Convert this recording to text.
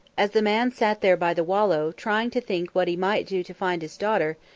as the man sat there by the wallow, trying to think what he might do to find his daughter,